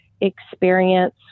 experience